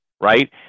right